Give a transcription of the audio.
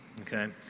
okay